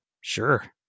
Sure